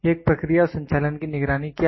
एक प्रक्रिया और संचालन की निगरानी क्या है